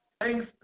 Thanks